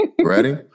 ready